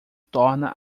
torna